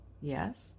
Yes